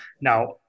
Now